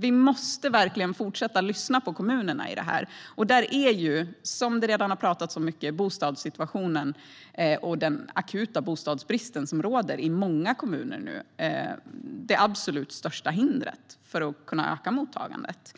Vi måste fortsätta lyssna på kommunerna. Bostadssituationen och den akuta bostadsbristen i många kommuner är det absolut största hindret för att kunna öka mottagandet.